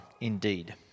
Indeed